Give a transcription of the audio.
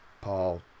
Paul